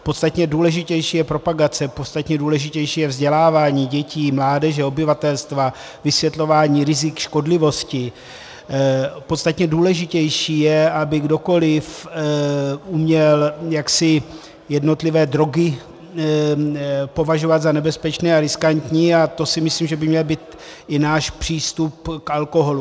Podstatně důležitější je propagace, podstatně důležitější je vzdělávání dětí, mládeže, obyvatelstva, vysvětlování rizik škodlivosti, podstatně důležitější je, aby kdokoliv uměl jednotlivé drogy považovat za nebezpečné a riskantní, a to si myslím, že by měl být i náš přístup k alkoholu.